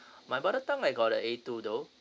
my mother tongue I got a A two though